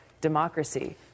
democracy